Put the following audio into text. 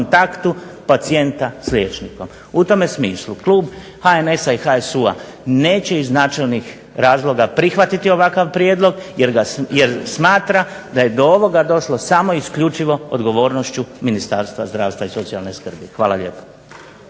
kontaktu pacijenta s liječnikom. U tome smislu klub HNS-a i HSU-a neće iz načelnih razloga prihvatiti ovakav prijedlog, jer smatra da je do ovoga došlo samo i isključivo odgovornošću Ministarstva zdravstva i socijalne skrbi. Hvala lijepa.